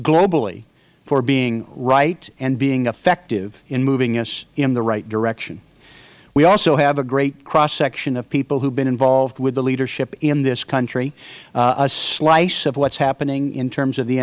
globally for being right and being effective in moving us in the right direction we also have a great cross section of people who have been involved with the leadership in this country a slice of what is happening in terms of the